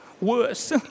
worse